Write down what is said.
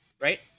right